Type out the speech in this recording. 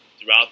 throughout